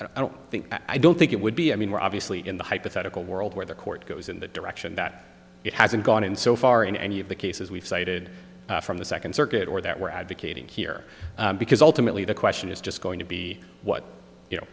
i don't think that i don't think it would be i mean we're obviously in the hypothetical world where the court goes in the direction that it hasn't gone in so far in any of the cases we've cited from the second circuit or that we're advocating here because ultimately the question is just going to be what you know